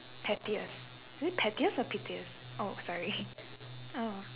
pettiest is it pettiest or pettiest oh sorry